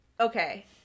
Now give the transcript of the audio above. Okay